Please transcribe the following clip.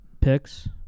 picks